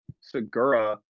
Segura